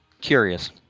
curious